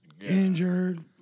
Injured